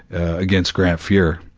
against grant fuhr,